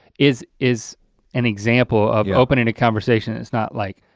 is is an example of opening a conversation. it's not like,